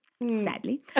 Sadly